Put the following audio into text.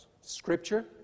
Scripture